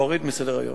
להוריד מסדר-היום.